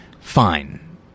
fine